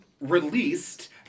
released